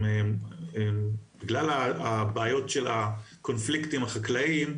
בגלל הבעיות של הקונפליקטים החקלאיים,